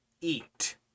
eat